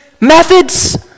methods